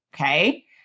Okay